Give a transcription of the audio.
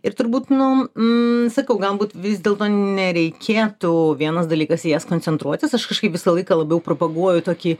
ir turbūt nu mm sakau galbūt vis dėlto nereikėtų vienas dalykas į jas koncentruotis aš kažkaip visą laiką labiau propaguoju tokį